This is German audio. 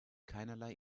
keinerlei